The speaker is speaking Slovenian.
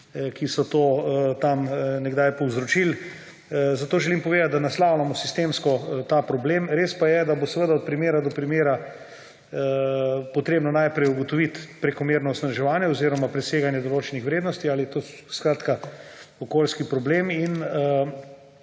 ki so to tam nekdaj povzročili. Zato želim povedati, da naslavljamo sistemsko ta problem. Res pa je, da bo od primera do primera potrebno najprej ugotoviti prekomerno onesnaževanje oziroma preseganje določenih vrednosti, ali je to okoljski problem, in